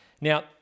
Now